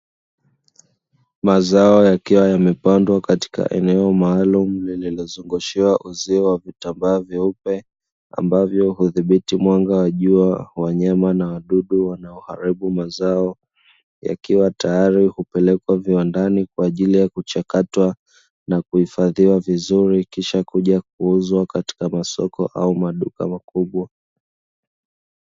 Mazao yakiwa yamepandwa katika eneo maalumu, lililozungushiwa uzio wa vitambaa vyeupe ambavyo udhibiti mwanga wa jua, wanyama na wadudu wanaoharibu mazao. Yakiwa tayari kupelekwa viwandani kwa ajili kuchakatwa na kuhifadhiwa vizuri na kisha kuja kuuzwa katika masoko na maduka makubwa.